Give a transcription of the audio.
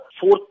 fourth